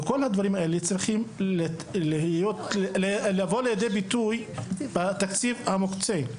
וכל הדברים האלה צריכים לבוא לידי ביטוי בתקציב המוקצה.